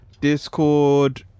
Discord